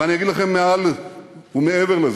ואני אגיד לכם מעל ומעבר לזה,